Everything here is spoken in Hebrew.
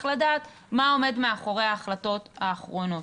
לדעת מה עומד מאחורי ההחלטות האחרונות.